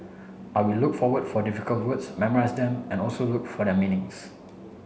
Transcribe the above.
I will look for what for difficult words memorise them and also look for their meanings